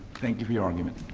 thank you for your argument.